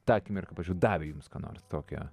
ta akimirka pavyzdžiui davė jums ką nors tokio